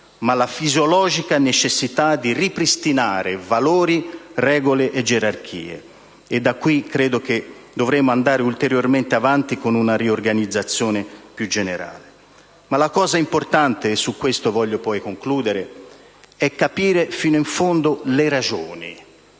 ma la fisiologica necessità di ripristinare valori, regole e gerarchie, e credo che da qui dovremo andare ulteriormente avanti con una riorganizzazione più generale. Ma la cosa importante, e su questo voglio concludere, è capire fino in fondo le ragioni: